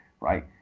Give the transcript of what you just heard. right